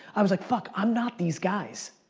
i was like, fuck i'm not these guys.